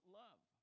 love